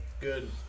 Good